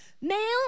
Male